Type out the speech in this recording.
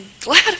glad